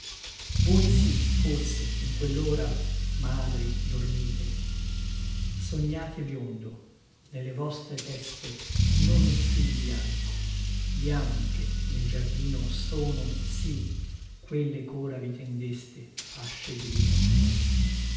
voi sì forse in quellora madri dormite sognate biondo nelle vostre teste non un fil bianco bianche nel giardino sono sì quelle chora vi tendeste fascie di lino